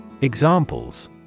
Examples